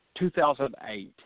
2008